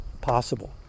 possible